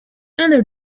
under